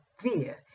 Fear